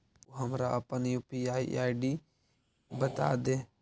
तु हमरा अपन यू.पी.आई आई.डी बतादे